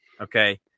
Okay